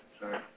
Sorry